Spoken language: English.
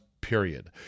Period